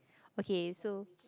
okay so